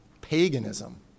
paganism